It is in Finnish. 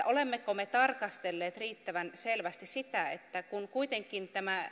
olemmeko me tarkastelleet riittävän selvästi sitä että kun kuitenkin tämä